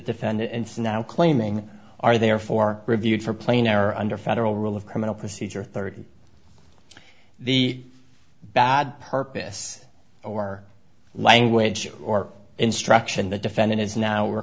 defendants and now claiming are therefore reviewed for plane are under federal rule of criminal procedure thirty the bad purpose or language or instruction the defendant is now